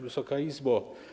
Wysoka Izbo!